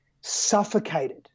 suffocated